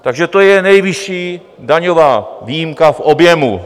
Takže to je nejvyšší daňová výjimka v objemu.